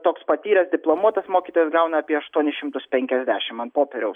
toks patyręs diplomuotas mokytojas gauna apie aštuonis šimtus penkiasdešim ant popieriaus